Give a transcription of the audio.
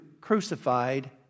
crucified